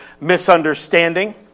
misunderstanding